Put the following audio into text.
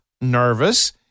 nervous